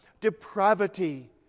depravity